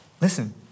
Listen